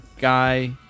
guy